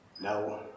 No